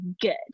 good